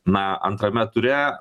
na antrame ture